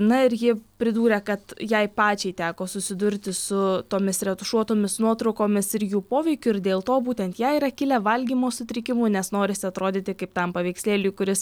na ir ji pridūrė kad jai pačiai teko susidurti su tomis retušuotomis nuotraukomis ir jų poveikiu ir dėl to būtent jai yra kilę valgymo sutrikimų nes norisi atrodyti kaip tam paveikslėly kuris